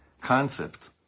concept